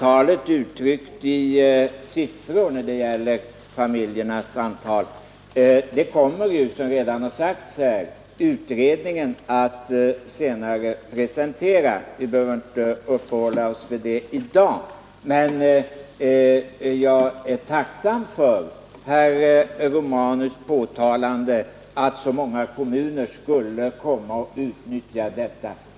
Herr talman! Familjernas antal uttryckt i siffror kommer ju, som redan har sagts här, utredningen senare att presentera. Vi behöver inte uppehålla oss vid det i dag. Men jag är tacksam för herr Romanus understrykande av att så många kommuner skulle komma att utnyttja denna möjlighet.